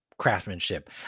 craftsmanship